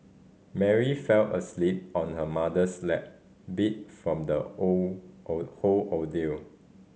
Mary fell asleep on her mother's lap beat from the oh a whole ordeal